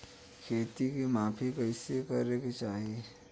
खेत के माफ़ी कईसे करें के चाही?